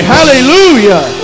Hallelujah